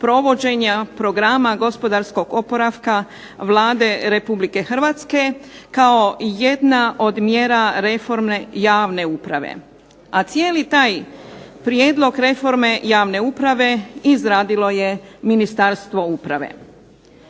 provođenja Programa gospodarskog oporavka Vlade Republike Hrvatske kao jedna od mjera reforme javne uprave, a cijeli taj prijedlog reforme javne uprave izradilo je Ministarstvo uprave.